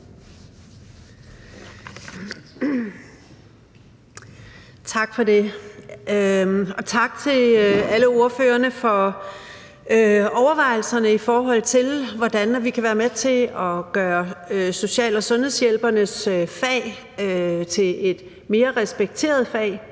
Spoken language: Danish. Tak for det. Og tak til alle ordførerne for overvejelserne, i forhold til hvordan vi kan være med til at gøre social- og sundhedshjælpernes fag til et mere respekteret fag.